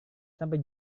sampai